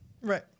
Right